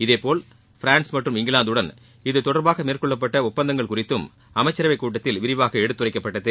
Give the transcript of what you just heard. இதேபோல் பிரான்ஸ் மற்றும் இங்கிலாந்துடன் இது தொடர்பாக மேற்கொள்ளப்பட்ட ஒப்பந்தங்கள் குறித்தம் அமைச்சரவைக் கூட்டத்தில் விரிவாக எடுத்துரைக்கப்பட்டது